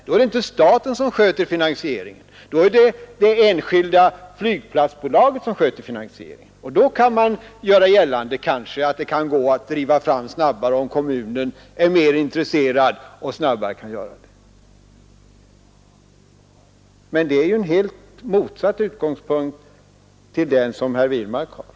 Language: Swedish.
Då är det inte staten som sköter finansieringen, utan det enskilda flygplatsbolaget, och då kan man kanske göra gällande att det kan gå att driva fram flygplatser snabbare om kommunen är mer intresserad. Men det är ju en helt motsatt utgångspunkt till den som herr Wirmark har.